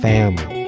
Family